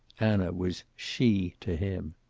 anna was she to him.